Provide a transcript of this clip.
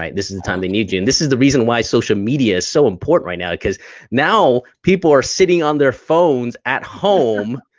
this is the time they need you. and this is the reason why social media is so important right now because now people are sitting on their phones at home,